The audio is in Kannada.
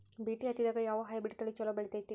ಬಿ.ಟಿ ಹತ್ತಿದಾಗ ಯಾವ ಹೈಬ್ರಿಡ್ ತಳಿ ಛಲೋ ಬೆಳಿತೈತಿ?